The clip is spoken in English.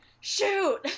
Shoot